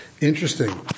Interesting